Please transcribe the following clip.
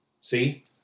see